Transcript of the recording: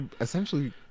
essentially